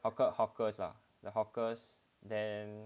hawkers hawkers ah are the hawkers then